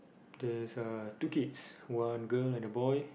there's uh two kids one girl and a boy